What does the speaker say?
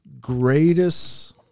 greatest